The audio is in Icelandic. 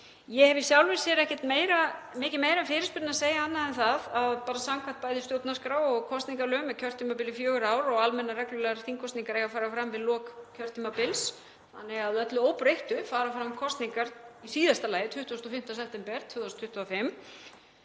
Ég hef í sjálfu sér ekkert mikið meira um fyrirspurnina að segja annað en það að samkvæmt bæði stjórnarskrá og kosningalögum er kjörtímabilið fjögur ár og almennar reglulegar þingkosningar eiga að fara fram við lok kjörtímabils. Að öllu óbreyttu fara því fram kosningar í síðasta lagi 25. september 2025.